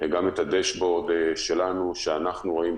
גם את dashboard שלנו שאנחנו רואים,